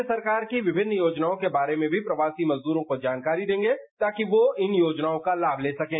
राज्य सरकार की विभिन्न योजनाओं के बारे में भी प्रवासी मजदूरों को जानकारी देंगे ताकि वह इन योजनाओं का लाम ले सकें